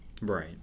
Right